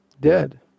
dead